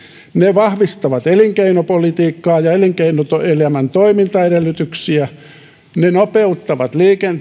vahvistavat elinkeinopolitiikkaa ja elinkeinoelämän toimintaedellytyksiä ne nopeuttavat